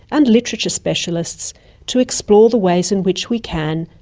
and literature specialists to explore the ways in which we can,